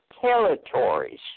territories